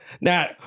Now